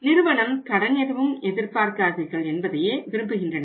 நிறுவனம் கடன் எதுவும் எதிர்பார்க்காதீர்கள் என்பதையே விரும்புகின்றன